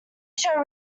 show